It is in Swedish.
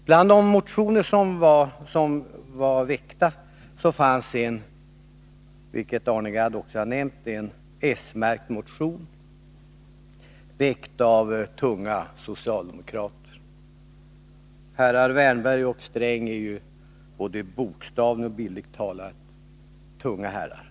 Bland motionerna fanns, som Arne Gadd nämnt, en s-motion väckt av tunga socialdemokrater. Både Erik Wärnberg och Gunnar Sträng är ju såväl bokstavligt som bildligt talat tunga herrar.